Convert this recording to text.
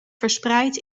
verspreid